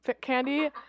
candy